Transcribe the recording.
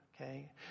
okay